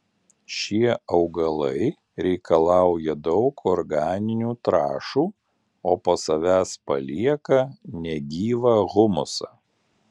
šie augalai reikalauja daug organinių trąšų o po savęs palieka negyvą humusą